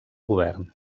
govern